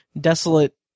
desolate